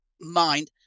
mind